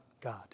God